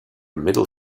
middle